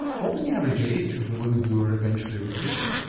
what was the average age of the women who were eventually recruited?